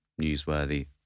newsworthy